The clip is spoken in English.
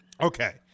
Okay